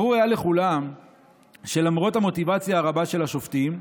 ברור היה לכולם שלמרות המוטיבציה הרבה של השופטים,